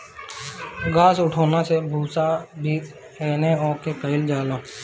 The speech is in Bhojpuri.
घास उठौना से भूसा भी एने ओने कइल जाला